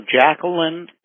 Jacqueline